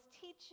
teaching